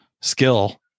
skill